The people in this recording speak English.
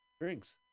drinks